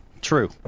True